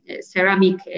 ceramic